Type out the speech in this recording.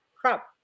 crap